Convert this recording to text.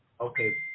okay